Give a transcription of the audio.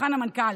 שולחן המנכ"ל,